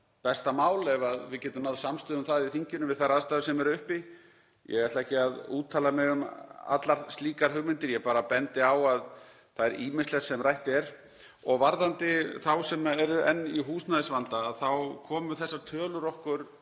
besta mál ef við getum náð samstöðu um það í þinginu við þær aðstæður sem eru uppi. Ég ætla ekki að úttala mig um allar slíkar hugmyndir. Ég bara bendi á að það er ýmislegt sem rætt er. Varðandi þá sem eru enn í húsnæðisvanda þá komu þessar tölur sem